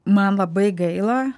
man labai gaila